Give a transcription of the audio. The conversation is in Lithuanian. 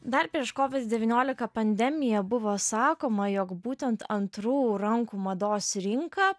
dar prieš covid devyniolika pandemiją buvo sakoma jog būtent antrų rankų mados rinka